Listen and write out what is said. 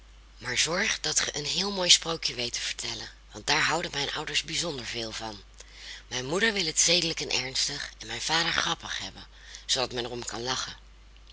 maar zorg dat ge een heel mooi sprookje weet te vertellen want daar houden mijn ouders bijzonder veel van mijn moeder wil het zedelijk en ernstig en mijn vader grappig hebben zoodat men er om kan lachen